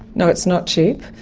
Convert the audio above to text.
no, it's not cheap,